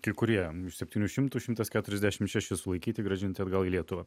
kai kurie iš septynių šimtų šimtas keturiasdešimt šeši sulaikyti grąžinti atgal į lietuvą